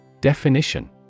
Definition